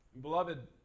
Beloved